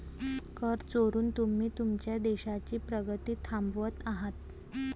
कर चोरून तुम्ही तुमच्या देशाची प्रगती थांबवत आहात